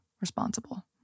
responsible